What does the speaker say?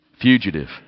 Fugitive